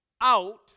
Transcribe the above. out